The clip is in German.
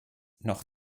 noch